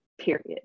period